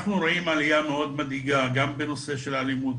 אנחנו רואים עלייה מאוד מדאיגה גם בנושא של אלימות,